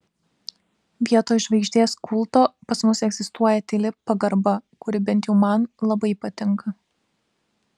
vietoj žvaigždės kulto pas mus egzistuoja tyli pagarba kuri bent jau man labai patinka